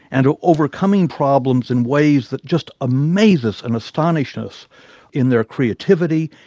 and of overcoming problems in ways that just amazes and astonishes in their creativity,